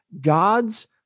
God's